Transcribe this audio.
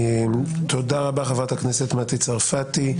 תודה רבה, חברת הכנסת מטי צרפתי.